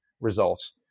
results